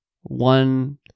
one